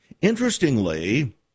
Interestingly